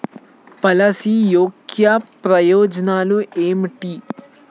Policy యొక్క ప్రయోజనాలు ఏమిటి?